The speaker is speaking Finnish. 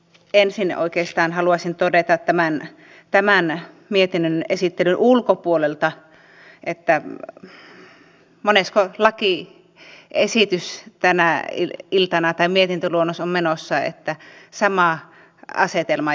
ensin oikeastaan haluaisin todeta tämän mietinnön esittelyn ulkopuolelta että monesko lakiesitys tai mietintöluonnos tänä iltana on menossa kun sama asetelma jatkuu